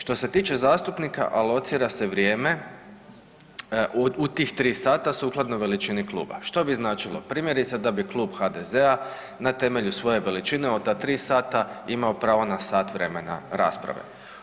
Što se tiče zastupnika alocira se vrijeme u tih 3 sata sukladno veličini kluba, što bi značilo primjerice da bi Klub HDZ-a na temelju svoje veličine u ta 3 sata imao pravo na sat vremena rasprave.